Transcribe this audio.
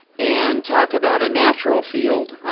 and talk about a natural field.